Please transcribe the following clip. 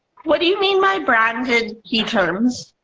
what do you mean my branded key terms?